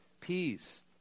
peace